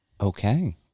Okay